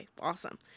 awesome